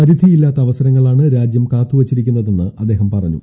പരിധിയില്ലാത്ത അവസരങ്ങളാണ് രാജ്യം കാത്തുവച്ചിരിക്കുന്നതെന്ന് അദ്ദേഹം പറഞ്ഞു